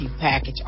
package